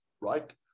right